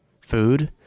food